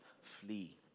Flee